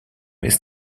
ist